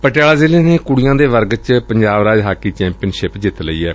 ਪਟਿਆਲਾ ਨੇ ਕੁੜੀਆਂ ਦੇ ਵਰਗ ਚ ਪੰਜਾਬ ਰਾਜ ਹਾਕੀ ਚੈਂਪੀਅਨਸ਼ਿਪ ਜਿੱਤ ਲਈ ਏ